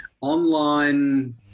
online